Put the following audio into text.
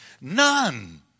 none